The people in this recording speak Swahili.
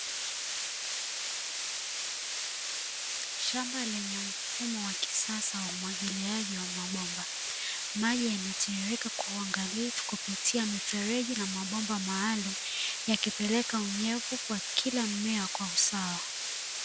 Shamba lenye mfumo wa kisasa wa umwagiliaji wa mabomba, maji yanatiririka kwa uangalifu kwa kupitia mifereji na mabomba maalumu yakipeleka unyevu kwa kila mmea kwa usawa.